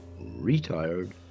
retired